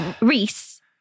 Reese